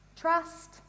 Trust